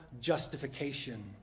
justification